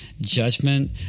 judgment